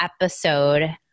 episode